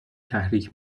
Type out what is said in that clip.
تحریک